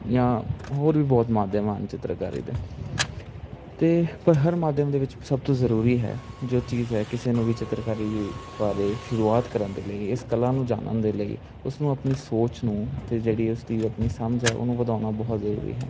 ਜਾਂ ਹੋਰ ਵੀ ਬਹੁਤ ਮਾਧਿਅਮ ਹਨ ਚਿੱਤਰਕਾਰੀ ਦੇ ਅਤੇ ਪਰ ਹਰ ਮਾਧਿਅਮ ਦੇ ਵਿੱਚ ਸਭ ਤੋਂ ਜ਼ਰੂਰੀ ਹੈ ਜੋ ਚੀਜ਼ ਹੈ ਕਿਸੇ ਨੂੰ ਵੀ ਚਿੱਤਰਕਾਰੀ ਦੀ ਬਾਰੇ ਸ਼ੁਰੂਆਤ ਕਰਨ ਦੇ ਲਈ ਇਸ ਕਲਾ ਨੂੰ ਜਾਣਨ ਦੇ ਲਈ ਉਸਨੂੰ ਆਪਣੀ ਸੋਚ ਨੂੰ ਅਤੇ ਜਿਹੜੀ ਉਸਦੀ ਆਪਣੀ ਸਮਝ ਹੈ ਉਹਨੂੰ ਵਧਾਉਣਾ ਬਹੁਤ ਜ਼ਰੂਰੀ ਹੈ